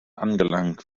angelangt